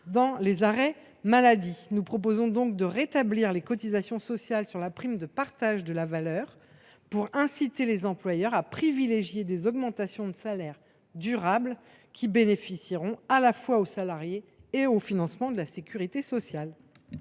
charge des arrêts maladie. Nous proposons donc de rétablir les cotisations sociales sur la prime de partage de la valeur pour inciter les employeurs à privilégier des augmentations de salaire durables qui bénéficieront à la fois aux salariés et au financement de la sécurité sociale.